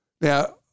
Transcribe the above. Now